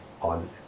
on